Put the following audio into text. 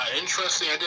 interesting